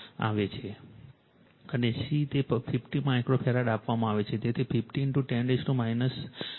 અને C ને 50 micro farad આપવામાં આવે છે તેથી 50 10 6 ફેરાડ અને તે L છે